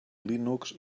linux